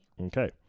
Okay